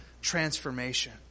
transformation